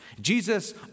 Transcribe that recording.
Jesus